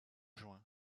juin